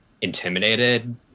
intimidated